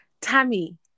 Tammy